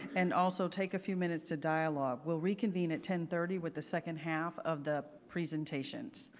and also take a few minutes to dialogue. we'll reconvene at ten thirty with the second half of the presentations.